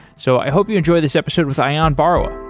so i hope you enjoy this episode with ayan barua.